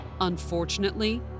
Unfortunately